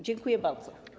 Dziękuję bardzo.